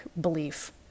belief